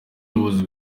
ubuyobozi